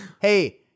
Hey